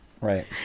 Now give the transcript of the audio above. right